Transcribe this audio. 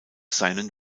seinen